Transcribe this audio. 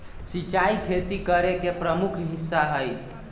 सिंचाई खेती करे के प्रमुख हिस्सा हई